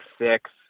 six